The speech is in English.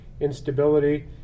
instability